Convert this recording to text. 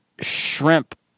shrimp